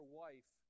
wife